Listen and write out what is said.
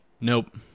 Nope